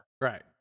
Right